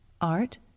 art